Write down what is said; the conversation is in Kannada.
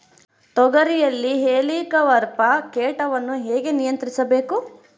ತೋಗರಿಯಲ್ಲಿ ಹೇಲಿಕವರ್ಪ ಕೇಟವನ್ನು ಹೇಗೆ ನಿಯಂತ್ರಿಸಬೇಕು?